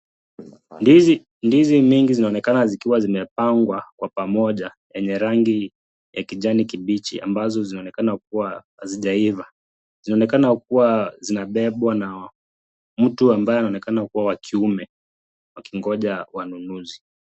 Ndizi mingi zinaonekana zikiwa zimepangwa kwa pamoja, yenye rangi ya kijani kibichi ambazo zinaonekana kuwa hazijaiva. Zinaonekana kuwa zinabebwa na mtu ambaye anaonekana kuwa wa kiume, wakingoja wanunuzi.